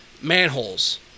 Manholes